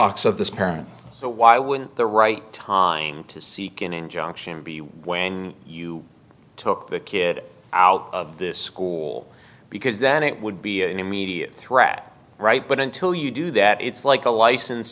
ks of the parent but why wouldn't the right time to seek an injunction be when you took the kid out of this school because then it would be an immediate threat right but until you do that it's like a license